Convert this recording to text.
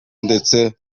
ndetse